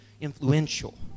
influential